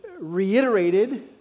reiterated